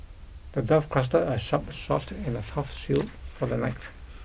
the dwarf crafted a sharp sword and a tough shield for the knight